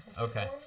Okay